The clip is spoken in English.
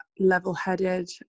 level-headed